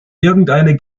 irgendeine